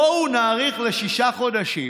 בואו נאריך לשישה חודשים,